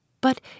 But